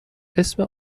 اسم